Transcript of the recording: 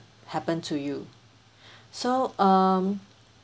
happen to you so um